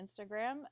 Instagram